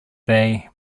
they